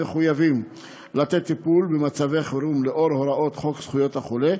הם מחויבים לתת טיפול במצבי חירום לאור הוראות חוק זכויות החולה,